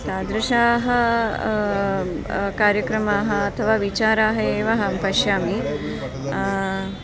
तादृशाः कार्यक्रमाः अथवा विचाराः एव अहं पश्यामि